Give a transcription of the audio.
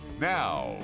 Now